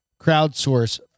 crowdsource